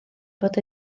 bod